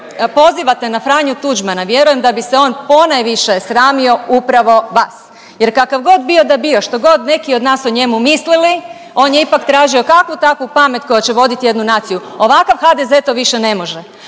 pozivate na Franju Tuđmana vjerujem da bi se on ponajviše sramio upravo vas jer kakav god bio da bio, što god neki od nas o njemu mislili on je ipak tražio kakvu takvu pamet koja će voditi jednu naciju. Ovakav HDZ to više ne može,